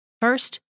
First